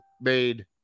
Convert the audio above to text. made